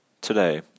Today